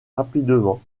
rapidement